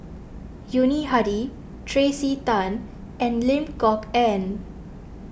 Yuni Hadi Tracey Tan and Lim Kok Ann